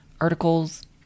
articles